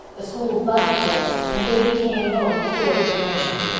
the school buzzed with it and davy came home, full of information.